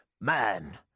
man